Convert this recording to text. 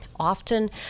often